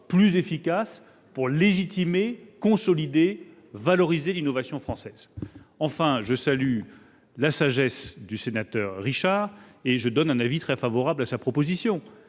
plus efficace afin de légitimer, de consolider et de valoriser l'innovation française. Enfin, je salue la sagesse du sénateur Alain Richard et je suis très favorable à sa proposition.